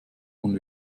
und